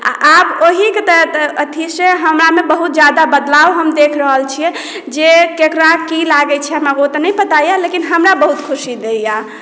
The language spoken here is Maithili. आ आब ओहीके तहत अथी से हमरामे बहुत ज्यादा बदलाव हम देख रहल छियै जे केकरा की लागैत छै हमरा ओ तऽ नहि पता यए लेकिन हमरा बहुत खुशी दैए